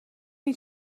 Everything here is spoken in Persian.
این